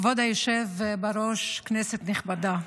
כבוד היושב בראש, כנסת נכבדה,